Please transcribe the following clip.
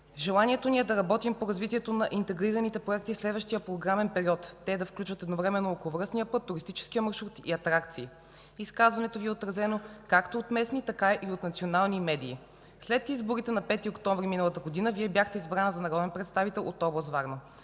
„Желанието ни е да работим по развитието на интегрираните проекти в следващия програмен период, те да включат едновременно околовръстния път, туристическия маршрут и атракции”. Изказването Ви е отразено както от местни, така и от национални медии. След изборите на 5 октомври миналата година Вие бяхте избрана за народен представител от област Варна.